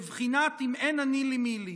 בבחינת "אם אין אני לי מי לי".